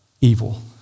evil